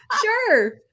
Sure